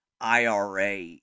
IRA